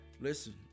listen